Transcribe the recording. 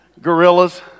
Gorillas